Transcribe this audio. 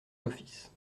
l’office